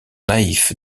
naïf